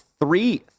three